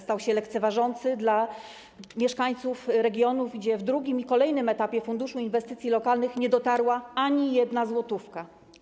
Stał się lekceważący dla mieszkańców regionów, do których w drugim i w kolejnym etapie funduszu inwestycji lokalnych nie dotarła ani jedna złotówka.